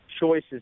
choices